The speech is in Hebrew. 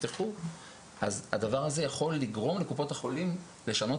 אז הדבר הזה יכול לגרום לקופות החולים לשנות